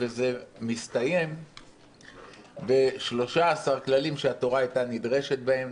וזה מסתיים ב-13 כללים שהתורה הייתה נדרשת בהם,